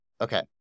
Okay